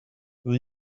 will